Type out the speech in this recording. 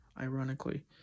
ironically